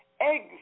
Eggs